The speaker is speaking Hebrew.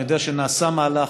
אני יודע שנעשה מהלך,